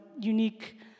unique